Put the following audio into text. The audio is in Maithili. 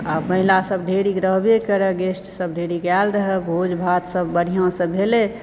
आब महिलासभ ढेरीक रहबे करै गेस्टसभ ढेरीक आयल रहऽ भोज भातसभ बढ़िआँसँ भेलय